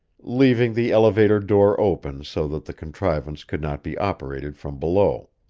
leaving the elevator door open so that the contrivance could not be operated from below.